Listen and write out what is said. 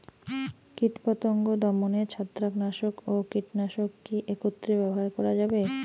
কীটপতঙ্গ দমনে ছত্রাকনাশক ও কীটনাশক কী একত্রে ব্যবহার করা যাবে?